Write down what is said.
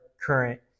current